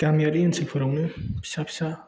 गामियारि ओनसोलफोरावनो फिसा फिसा